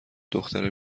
دختره